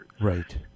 Right